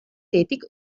tätig